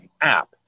app